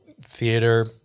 theater